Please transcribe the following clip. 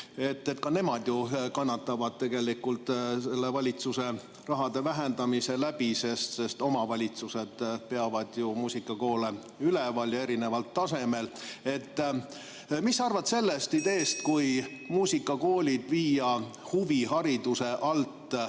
Ka nemad kannatavad selle valitsuse raha vähendamise tõttu, sest omavalitsused peavad ju muusikakoole üleval ja seda erineval tasemel. Mis sa arvad sellest ideest, kui muusikakoolid viia huvihariduse alt